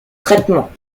traitements